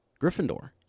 Gryffindor